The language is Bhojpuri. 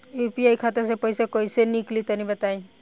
यू.पी.आई खाता से पइसा कइसे निकली तनि बताई?